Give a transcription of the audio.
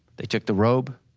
they took the robe,